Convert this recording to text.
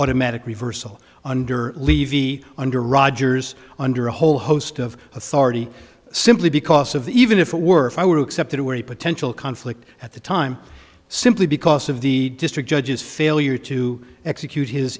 automatic reversal under levy under rodgers under a whole host of authority simply because of even if it were i would accept it were a potential conflict at the time simply because of the district judges failure to execute his